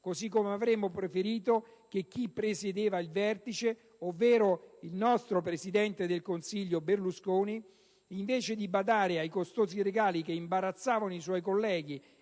così come avremmo preferito che chi presiedeva il vertice, ovvero il nostro presidente del Consiglio Berlusconi, invece di badare ai costosi regali che imbarazzavano i suoi colleghi